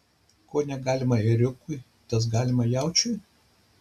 ko negalima ėriukui tas galima jaučiui